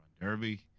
derby